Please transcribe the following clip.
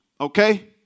Okay